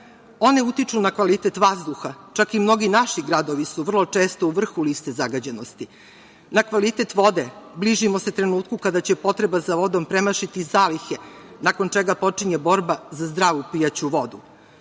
One utiču na kvalitet vazduha, čak i mnogi naši gradovi su vrlo često u vrhu liste zagađenosti, na kvalitet vode, bližimo se trenutku kada će potreba za vodom premašiti zalihe nakon čega počinje borba za zdravlju pijaću vodu.